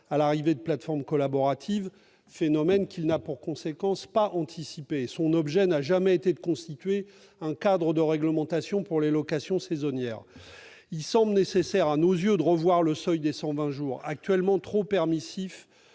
à l'arrivée des plateformes collaboratives, phénomène qu'il n'a par conséquent pas anticipé. Son objet n'a jamais été de constituer un cadre de réglementation pour les locations saisonnières. Il semble nécessaire à nos yeux de revoir le seuil des 120 jours, actuellement trop permissif